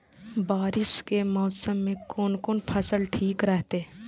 बारिश के मौसम में कोन कोन फसल ठीक रहते?